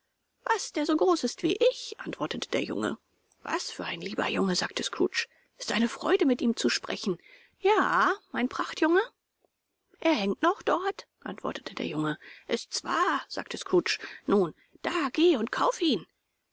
was der so groß ist wie ich antwortete der junge was für ein lieber junge sagte scrooge s ist eine freude mit ihm zu sprechen ja mein prachtjunge er hängt noch dort antwortete der junge ist's wahr sagte scrooge nun da geh und kaufe ihn